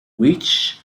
which